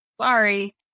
sorry